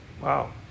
Wow